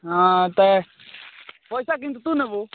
ହଁ ତା ପଇସା କିନ୍ତୁ ତୁ ନେବୁ